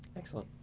excellent.